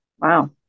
Wow